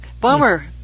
Bummer